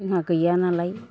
जोंहा गैयानालाय